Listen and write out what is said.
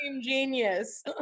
genius